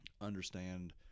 understand